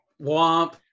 Womp